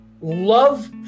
love